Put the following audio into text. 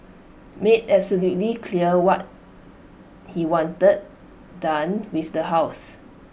made absolutely clear what he wanted done with the house